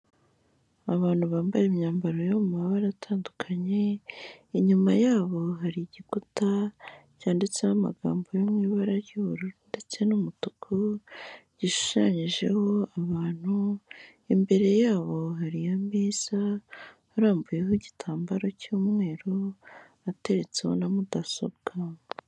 Abantu bambaye imyambaro yo mu mabara atandukanye, inyuma yabo hari igikuta cyanditseho amagambo yo mu ibara ry'ubururu ndetse n'umutuku, gishushanyijeho abantu, imbere yabo hari ameza arambuyeho igitambaro cy'umweru ateretseho na mudasobwa.